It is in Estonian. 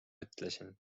ütlesin